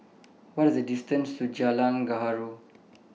What IS The distance to Jalan Gaharu